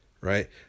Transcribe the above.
Right